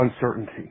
uncertainty